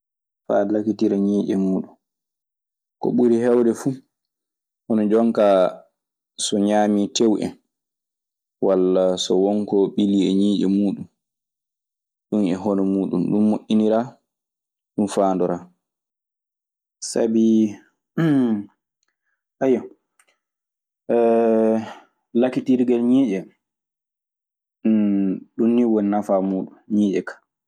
Faa lakitira ñiiƴe muuɗum. Ko ɓuri heewde fuu hono jon kaa so ñaamii teew en walla so won ko ɓilii e ñiiƴe muuɗun. Ɗun e hono muuɗun. Ɗun moƴƴiniraa. Ɗun faandoraa. Sabi lakkitirgel ñiiƴe ɗun nii woni nafaa muuɗun. ñiiƴe ka.